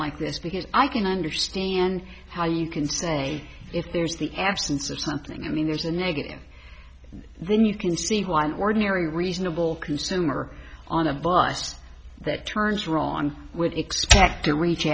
like this because i can understand how you can say if there's the absence of something i mean there's a negative then you can see why an ordinary reasonable consumer on a bus that turns wrong on would expect to